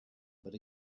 but